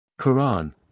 Quran